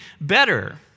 better